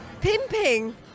Pimping